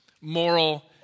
moral